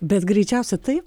bet greičiausiai taip